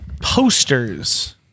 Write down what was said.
posters